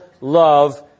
love